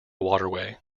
waterway